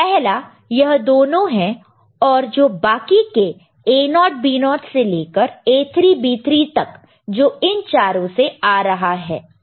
पहला यह दोनों है और जो बाकी के A0B0 से लेकर A3 B3 तक जो इन चारों से आ रहा है